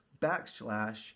backslash